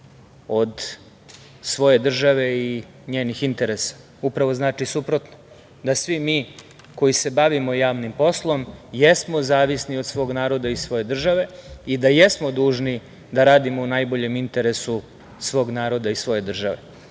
od svoje države i njenih interesa. Upravo znači suprotno – da svi mi koji se bavimo javnim poslom, jesmo zavisni od svog naroda i svoje države i da jesmo dužni da radimo u najboljem interesu svog naroda i svoje države. Mi